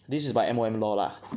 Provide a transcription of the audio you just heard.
this is by M_O_M law lah